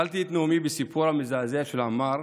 התחלתי את נאומי בסיפור המזעזע של עמאר